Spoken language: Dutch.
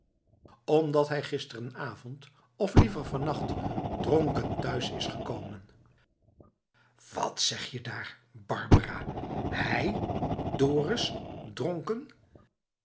omdat hij gisterenavond of liever van nacht dronken thuis is gekomen wat zeg je daar barbara hij dorus dronken